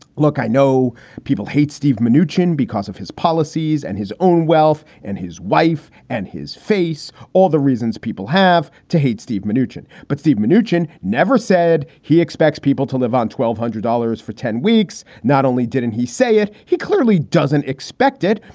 look, i know people hate steve manoogian because of his policies and his own wealth and his wife and his face. all the reasons people have to hate steve manoogian. but steve manoogian never said he expects people to live on twelve hundred dollars for ten weeks. not only didn't he say it. he clearly doesn't expect it,